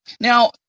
Now